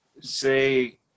say